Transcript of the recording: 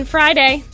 Friday